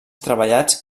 treballats